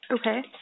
Okay